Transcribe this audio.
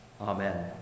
Amen